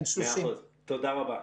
בן 30. תודה רבה.